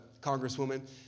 congresswoman